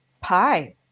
Pie